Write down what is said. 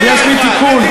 יש לי תיקון.